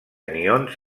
anions